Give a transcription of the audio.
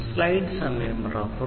IEEE 802